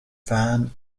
van